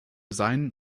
seinen